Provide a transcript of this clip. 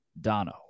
Dono